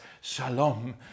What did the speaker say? Shalom